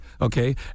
Okay